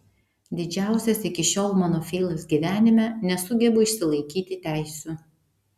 didžiausias iki šiol mano feilas gyvenime nesugebu išsilaikyti teisių